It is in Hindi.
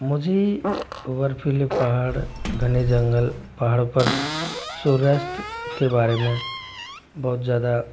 मुझे बर्फीले पहाड़ घने जंगल पहाड़ों पर सूर्यास्त के बारे में बहुत ज़्यादा